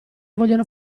vogliono